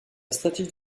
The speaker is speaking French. stratégie